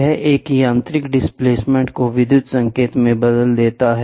यह एक यांत्रिक डिस्प्लेसमेंट को विद्युत संकेत में बदल देता है